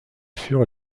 furent